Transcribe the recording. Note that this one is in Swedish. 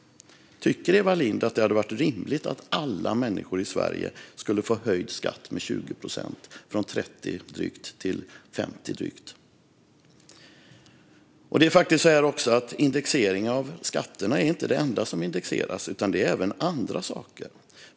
Tycker Eva Lindh att det vore rimligt att alla människor i Sverige får höjd skatt med 20 procent, från 30 till drygt 50? Skatterna är heller inte det enda som indexeras, utan det är även andra saker.